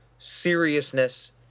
seriousness